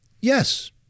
yes